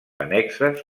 annexes